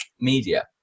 Media